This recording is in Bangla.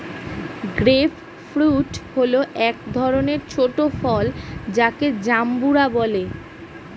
গ্রেপ ফ্রূট হল এক ধরনের ছোট ফল যাকে জাম্বুরা বলে